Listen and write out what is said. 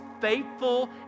faithful